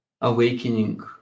awakening